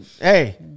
hey